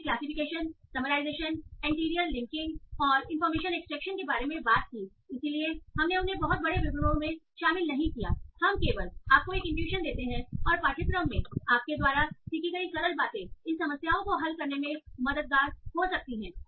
हमने classification summarization entity linking और information extraction के बारे में बात की इसलिए हमने उन्हें बहुत बड़े विवरणों में शामिल नहीं किया हम केवल आपको एक इनट्यूशन देते हैं और पाठ्यक्रम में आपके द्वारा सीखी गई सरल बातें इन समस्याओं को हल करने में मददगार हो सकती हैं